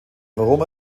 warum